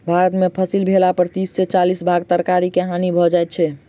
भारत में फसिल भेला पर तीस से चालीस भाग तरकारी के हानि भ जाइ छै